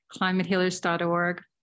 climatehealers.org